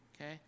Okay